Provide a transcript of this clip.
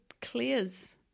clears